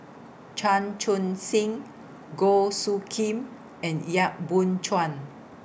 Chan Chun Sing Goh Soo Khim and Yap Boon Chuan